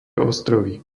ostrovy